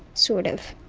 sort of.